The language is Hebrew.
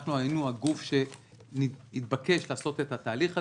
ואנחנו היינו הגוף שהתבקש לעשות את התהליך הזה,